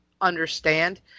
understand